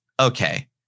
okay